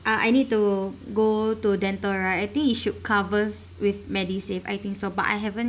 uh I need to go to dental right I think it should covers with medisave I think so but I haven't